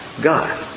God